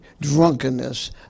drunkenness